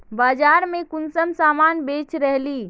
बाजार में कुंसम सामान बेच रहली?